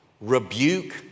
rebuke